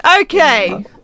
Okay